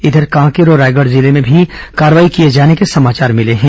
इधर कांकेर और रायगढ जिले में भी कार्रवाई किए जाने के समाचार मिले हैं